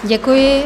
Děkuji.